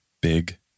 Big